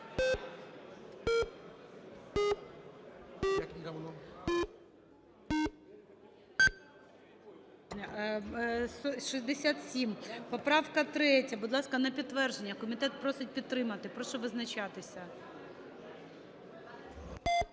За-67 Поправка 3. Будь ласка, на підтвердження. Комітет просить підтримати. Прошу визначатися.